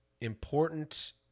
important